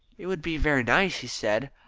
it would be very nice, he said.